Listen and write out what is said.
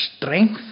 strength